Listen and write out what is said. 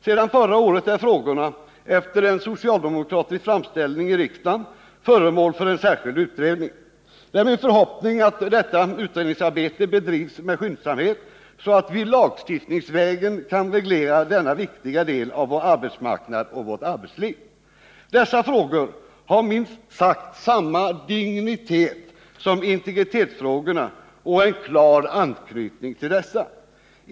Sedan förra året är frågorna efter en socialdemokratisk framställning i riksdagen föremål för en särskild utredning. Det är min förhoppning att detta utredningsarbete bedrivs med skyndsamhet, så att vi lagstiftningsvägen kan reglera denna viktiga del av vår arbetsmarknad och vårt arbetsliv. Dessa frågor har minst sagt samma dignitet som integritetsfrågorna och en klar anknytning till dessa.